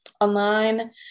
online